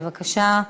בבקשה,